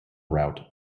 route